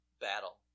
battle